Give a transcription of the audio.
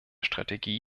strategie